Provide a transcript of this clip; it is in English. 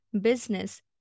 business